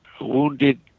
wounded